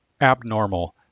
abnormal